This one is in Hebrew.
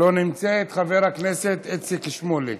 לא נמצאת, אז חבר הכנסת איציק שמולי.